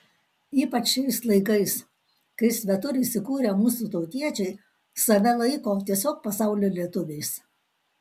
ypač šiais laikais kai svetur įsikūrę mūsų tautiečiai save laiko tiesiog pasaulio lietuviais